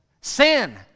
sin